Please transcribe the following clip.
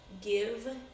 give